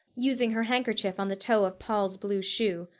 using her handkerchief on the toe of poll's blue shoe.